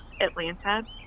Atlanta